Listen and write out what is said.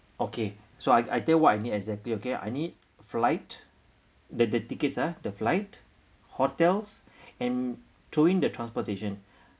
okay so I I tell you what I need exactly okay I need flight the the tickets ah the flight hotels and the transportation